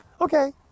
Okay